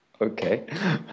Okay